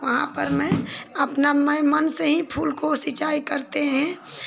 वहाँ पर मैं अपना मैं मन से ही फूल को सिंचाई करते हैं